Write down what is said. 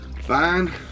Fine